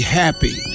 happy